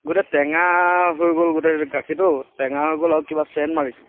গোটেই টেঙা হৈ গ'ল গোটেই গাখীৰটো টেঙা হৈ গ'ল আৰু কিবা ছেণ্ট মাৰিছে